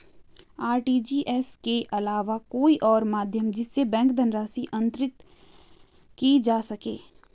RTGS के अलावा कोई और माध्यम जिससे बैंक धनराशि अंतरित की जा सके?